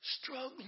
struggling